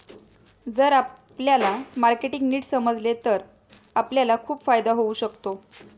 जर आपल्याला मार्केटिंग नीट समजले तर आपल्याला खूप फायदा होऊ शकतो